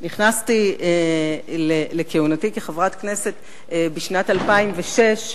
נכנסתי לכהונתי כחברת הכנסת בשנת 2006,